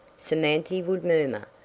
samanthy would murmur,